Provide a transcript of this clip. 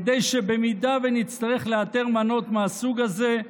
כדי שאם נצטרך לאתר מנות מהסוג הזה,